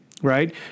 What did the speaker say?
right